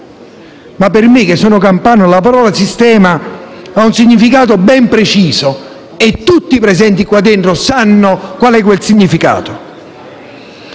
Ma per me che sono campano la parola «sistema» ha un significato ben preciso e tutti i presenti qua dentro sanno qual è quel significato.